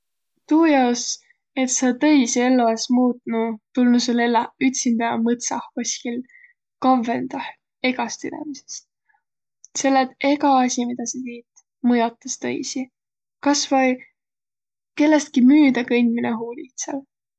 Tuu jaos, et sa tõisi ello es muutnuq, tulnu sul elläq ütsindä mõtsah koskil kavvõndah egäst inemisest. Selle et egä asi, midä sa tiit, mõjotas tõisi. Kasvai kellestki müüdä kõnd'minõ huulitsal.